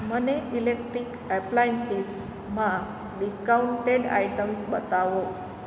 મને ઇલેક્ટ્રિક એપ્લાયન્સીસમાં discounted items બતાવો